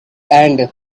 and